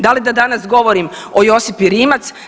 Da li da danas govorim o Josipi Rimac?